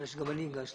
גם אני הגשתי.